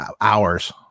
hours